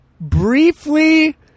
briefly